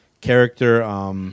character